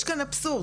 יש כאן אבסורד.